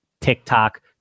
TikTok